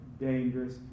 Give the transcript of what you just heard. dangerous